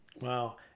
Wow